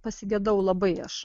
pasigedau labai aš